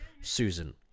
susan